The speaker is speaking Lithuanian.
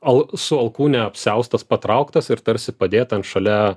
al su alkūne apsiaustas patrauktas ir tarsi padėta ant šalia